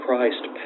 Christ